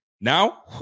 Now